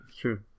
true